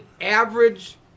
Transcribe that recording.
average